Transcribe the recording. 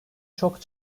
çok